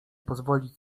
pozwolić